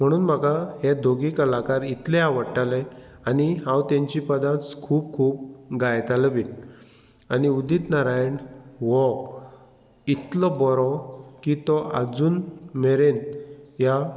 म्हणून म्हाका हे दोगी कलाकार इतले आवडटाले आनी हांव तेंची पदांच खूब खूब गायतालों बीन आनी उदीत नारायण हो इतलो बरो की तो आजून मेरेन ह्या